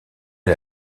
est